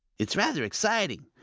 it's rather exciting.